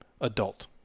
adult